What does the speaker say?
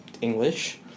English